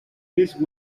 used